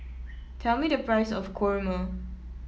tell me the price of kurma